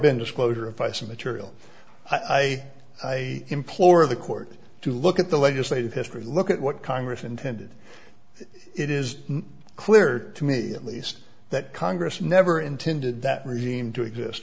been disclosure if i said material i i i implore the court to look at the legislative history look at what congress intended it is clear to me at least that congress never intended that regime to exist